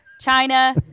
China